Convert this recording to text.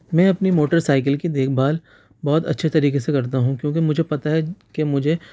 میں اپنی motorcycle کی دیکھ بھال بہت اچھے طریقے سے کرتا ہوں کیونکہ مجھے پتہ ہے کہ مجھے